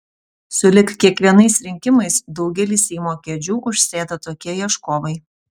sulig kiekvienais rinkimais daugelį seimo kėdžių užsėda tokie ieškovai